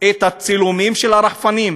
את הצילומים של הרחפנים,